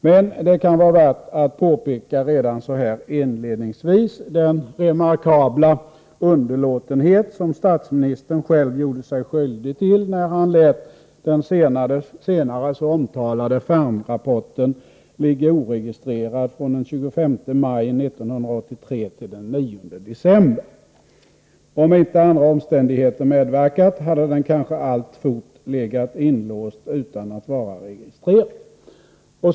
Men det kan vara värt att redan så här inledningsvis påpeka den remarkabla underlåtenhet som statsministern själv gjorde sig skyldig till när han lät den senare så omtalade Fermrapporten ligga oregistrerad från den 25 maj 1983 till den 9 december samma år. Om inte andra omständigheter medverkat, hade den kanske alltfort legat inlåst utan att vara registrerad.